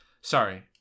Sorry